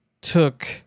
took